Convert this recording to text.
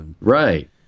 right